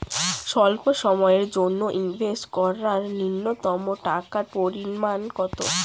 স্বল্প সময়ের জন্য ইনভেস্ট করার নূন্যতম টাকার পরিমাণ কত?